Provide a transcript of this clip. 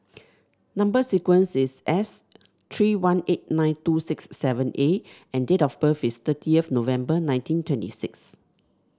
number sequence is S three one eight nine two six seven A and date of birth is thirty of November nineteen twenty six